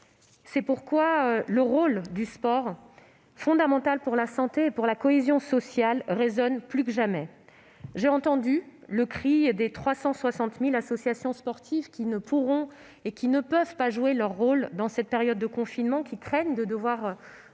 C'est pourquoi le rôle du sport, fondamental pour la santé et la cohésion sociale, résonne plus que jamais. J'ai entendu le cri des 360 000 associations sportives, qui ne peuvent pas jouer leur rôle dans cette période de confinement et craignent de devoir rembourser